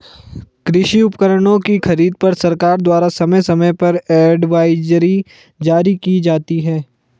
कृषि उपकरणों की खरीद पर सरकार द्वारा समय समय पर एडवाइजरी जारी की जाती है